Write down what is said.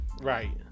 Right